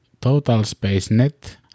Totalspace.net